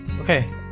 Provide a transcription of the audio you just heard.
Okay